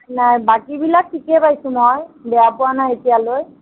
নাই বাকীবিলাক ঠিকে পাইছোঁ মই বেয়া পোৱা নাই এতিয়ালৈ